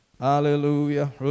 Hallelujah